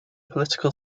political